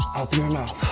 out through your mouth.